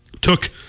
Took